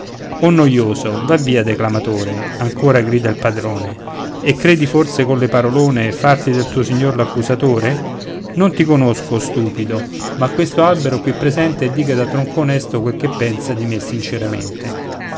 o noioso va via declamatore ancor grida il padrone e credi forse colle parolone farti del tuo signor l'accusatore non ti conosco stupido ma questo albero qui presente dica da tronco onesto quel che pensa di me sinceramente